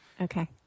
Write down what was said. Okay